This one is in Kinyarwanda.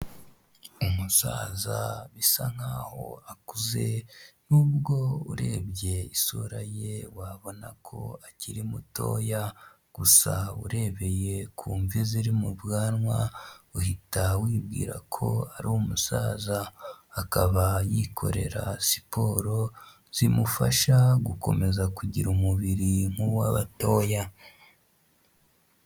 Umusaza bisa nk'aho akuze n'ubwo urebye isura ye wabona ko akiri mutoya, gusa urebeye ku mvi ziri mu bwanwa uhita wibwira ko ari umusaza. Akaba yikorera siporo zimufasha gukomeza kugira umubiri nkuw'abatoya.